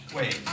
Wait